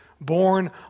born